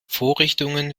vorrichtungen